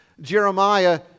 Jeremiah